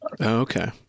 Okay